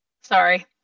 Sorry